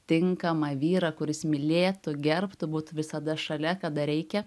tinkamą vyrą kuris mylėtų gerbtų būtų visada šalia kada reikia